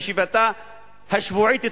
בהחלטתה בישיבתה השבועית אתמול,